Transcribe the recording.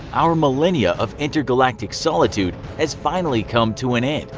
our millenia of intergalactic solitude has finally come to an end,